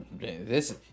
This-